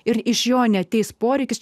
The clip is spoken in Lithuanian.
ir iš jo neateis poreikis